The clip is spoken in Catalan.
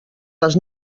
les